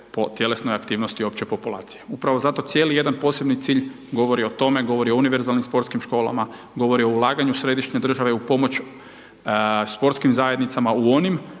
po tjelesnoj aktivnosti opće populacije. Upravo zato, cijeli jedan poseban cilj, govori o tome, govori o univerzalnim sportskim školama, govori o ulaganja središnje države u pomoć sportskim zajednicama, u onim